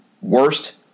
worst